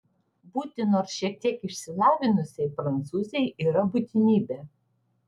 būti nors šiek tiek išsilavinusiai prancūzei yra būtinybė